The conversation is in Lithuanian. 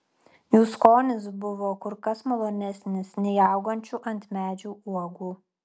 jų skonis buvo kur kas malonesnis nei augančių ant medžių uogų